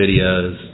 videos